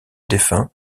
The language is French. défunt